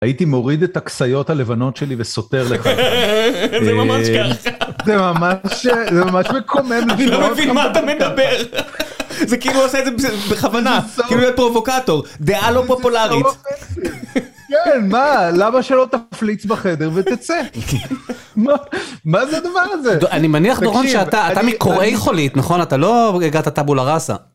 הייתי מוריד את הכסיות הלבנות שלי וסוטר לך. זה ממש ככה. זה ממש אה... זה ממש מקומם. אני לא מבין מה אתה מדבר. זה כאילו עושה את זה בכוונה, כאילו הוא היה פרובוקטור. דעה לא פופולרית. כן, מה? למה שלא תפליץ בחדר ותצא? מה... מה זה הדבר הזה?! אני מניח, דורון, שאתה מקוראי חולית, נכון? אתה לא הגעת טאבולה ראסה?